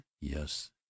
yes